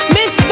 Miss